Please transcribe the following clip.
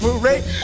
parade